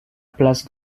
place